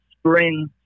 Spring